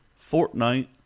Fortnite